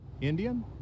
Indian